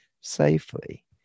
safely